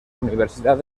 universidad